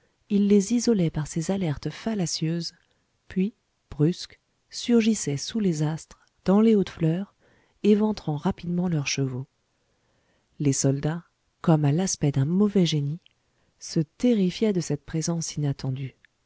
il les isolait par ces alertes fallacieuses puis brusque surgissait sous les astres dans les hautes fleurs éventrant rapidement leurs chevaux les soldats comme à l'aspect d'un mauvais génie se terrifiaient de cette présence inattendue